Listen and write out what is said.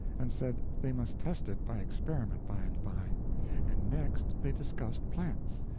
and said they must test it by experiment by and by and next they discussed plants,